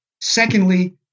Secondly